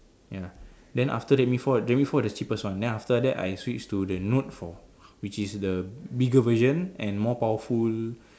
ya then after that mi-four the mi-four the cheapest one then after that I switch to the note-four which is the bigger version and more powerful